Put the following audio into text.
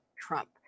Trump